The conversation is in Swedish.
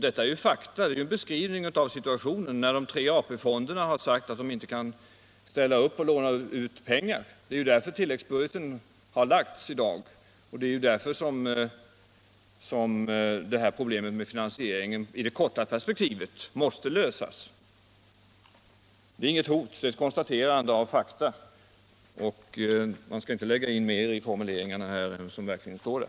Det är ju fakta, det är en beskrivning av situationen när de tre AP-fonderna har sagt att de inte kan ställa upp och låna ut pengar. Det är därför som förslagen i tilläggsbudgeten har lagts fram i dag, och det är därför som problemet med finansieringen i det korta perspektivet måste lösas. Det är inget hot, det är ett konstaterande av fakta. Man skall inte lägga in mer i formuleringarna än vad som verkligen står där.